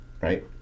right